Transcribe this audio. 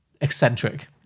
eccentric